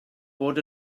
bod